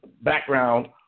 background